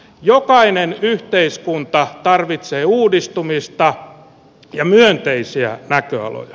jokainen yhteiskunta tarvitsee uudistumista ja myönteisiä näköaloja